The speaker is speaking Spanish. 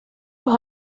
los